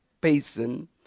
Payson